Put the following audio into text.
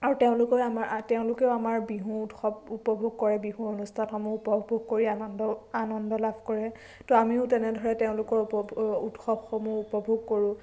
আৰু তেওঁলোকৰ আমাৰ তেওঁলোকেও আমাৰ বিহু উৎসৱ উপভোগ কৰে বিহু অনুষ্ঠানসমূহ উপভোগ কৰি আনন্দ আনন্দ লাভ কৰে তো আমিও তেনেদৰে তেওঁলোকৰ উপ উৎসৱসমূহ উপভোগ কৰোঁ